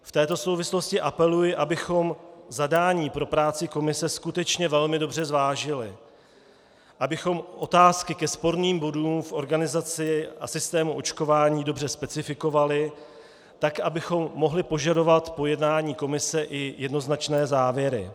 V této souvislosti apeluji, abychom zadání pro práci komise skutečně velmi dobře zvážili, abychom otázky ke sporným bodům v organizaci a systému očkování dobře specifikovali, tak abychom mohli požadovat po jednání komise i jednoznačné závěry.